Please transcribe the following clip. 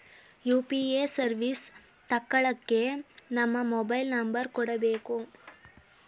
UPA service ತಕ್ಕಳ್ಳಕ್ಕೇ ನಮ್ಮ mobile number ಕೊಡಬೇಕು